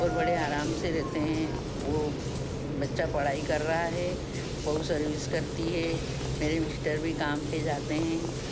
और बड़े आराम से रहते हैं वो बच्चा पढ़ाई कर रहा है बहू सर्विस करती है मेरे मिस्टर भी काम पर जाते हैं